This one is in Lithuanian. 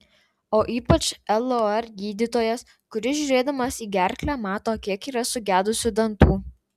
o ypač lor gydytojas kuris žiūrėdamas į gerklę mato kiek yra sugedusių dantų